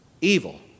evil